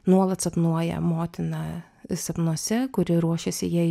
nuolat sapnuoja motiną sapnuose kur ji ruošėsi jai